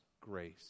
grace